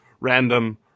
random